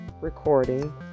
recording